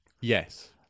Yes